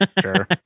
Sure